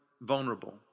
vulnerable